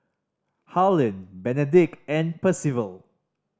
Harlen Benedict and Percival